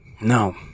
No